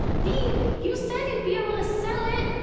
vee! you said you'd be able to sell it!